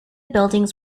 buildings